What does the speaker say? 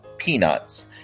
peanuts